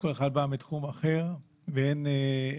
כל אחד בא מתחום אחר, ואין חולק